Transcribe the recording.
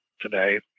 today